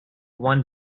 one